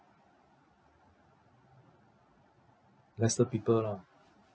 lesser people lah